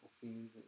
scenes